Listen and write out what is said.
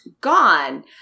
gone